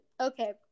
okay